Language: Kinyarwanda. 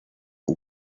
uku